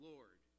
Lord